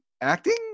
acting